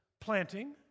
planting